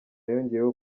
yongeyeho